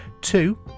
Two